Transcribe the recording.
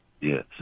Yes